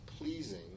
pleasing